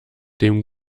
dem